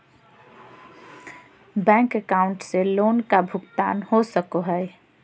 Bank account से loan का भुगतान हो सको हई?